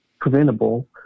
preventable